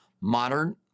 Modern